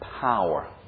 power